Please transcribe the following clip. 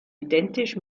identisch